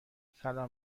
سلام